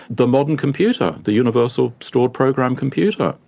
the modern computer, the universal stored-program computer.